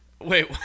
Wait